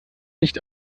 nicht